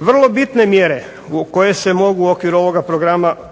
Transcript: Vrlo bitne mjere koje se mogu u okviru ovog programa